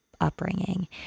upbringing